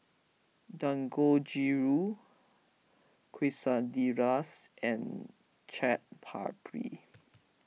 Dangojiru Quesadillas and Chaat Papri